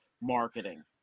marketing